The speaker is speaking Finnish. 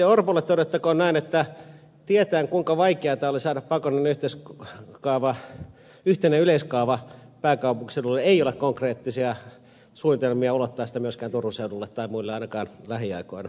orpolle todettakoon näin että tietäen kuinka vaikeata oli saada pakollinen yhteinen yleiskaava pääkaupunkiseudulle ei ole konkreettisia suunnitelmia ulottaa sitä myöskään turun seudulle tai muille ainakaan lähiaikoina